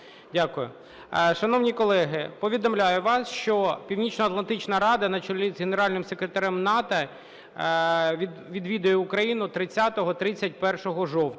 Дякую. Шановні колеги, повідомляю вам, що Північноатлантична рада на чолі з Генеральним секретарем НАТО відвідає Україну 30 і 31 жовтня.